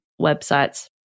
websites